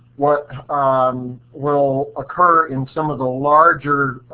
what um will occur in some of the larger